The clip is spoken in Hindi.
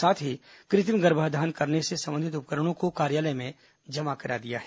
साथ ही कृत्रिम गर्भाधान करने से संबंधित उपकरणों को कार्यालय में जमा करा दिया है